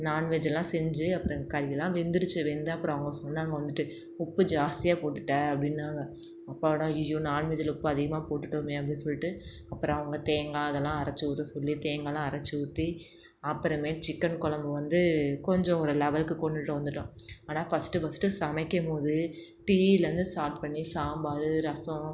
நான்வெஜ்ஜுலாம் செஞ்சு அப்புறம் கறிலாம் வெந்துடுச்சு வெந்து அப்புறம் அவங்க சொன்னாங்க வந்துட்டு உப்பு ஜாஸ்தியாக போட்டுட்டே அப்படின்னாங்க அப்பாடா ஐயையோ நான்வெஜ்ஜில் உப்பு அதிகமாக போட்டுவிட்டோமே அப்படினு சொல்லிட்டு அப்புறம் அவங்க தேங்காய் இதெல்லாம் அரைச்சு ஊற்ற சொல்லி தேங்காயெலாம் அரைச்சு ஊற்றி அப்புறமே சிக்கன் கொழம்பு வந்து கொஞ்சம் ஒரு லெவலுக்கு கொண்டுட்டு வந்துவிட்டோம் ஆனால் ஃபஸ்ட்டு ஃபஸ்ட்டு சமைக்கும் போது டீயிலேந்து ஸ்டார்ட் பண்ணி சாம்பார் ரசம்